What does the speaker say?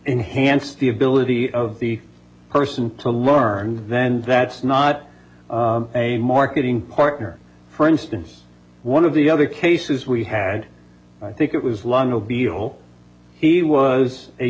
enhance the ability of the person to learn then that's not a marketing partner for instance one of the other cases we had i think it was